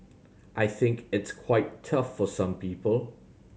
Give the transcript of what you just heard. I think it's quite tough for some people